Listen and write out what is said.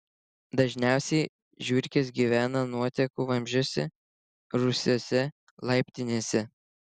dažniausiai žiurkės gyvena nuotekų vamzdžiuose rūsiuose laiptinėse